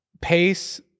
Pace